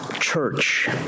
church